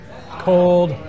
cold